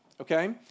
okay